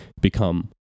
become